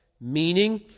meaning